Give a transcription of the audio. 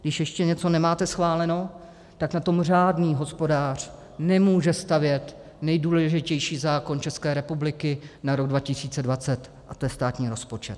Když ještě něco máte neschváleno, tak na tom řádný hospodář nemůže stavět nejdůležitější zákon České republiky na rok 2020, a to je státní rozpočet.